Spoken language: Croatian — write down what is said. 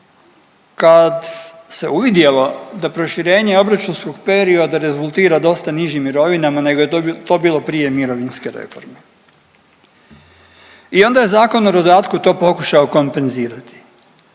kad se uvidjelo da proširenje obračunskog perioda rezultira dosta nižim mirovinama nego je to bilo prije mirovinske reforme. I onda je Zakon o dodatku to pokušao kompenzirati.